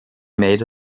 made